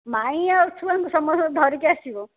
ମାଇଁ ଆଉ ଛୁଆଙ୍କୁ ସମସ୍ତଙ୍କୁ ଧରିକି ଆସିବ